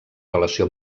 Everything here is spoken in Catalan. relació